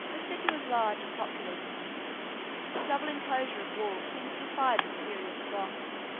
the city was large and populous a double enclosure of walls seemed to defy the fury of the goths,